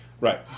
Right